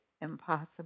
impossible